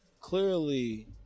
clearly